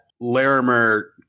Larimer